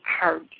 hurt